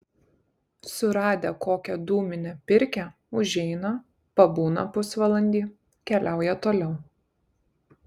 suradę kokią dūminę pirkią užeina pabūna pusvalandį keliauja toliau